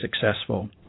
successful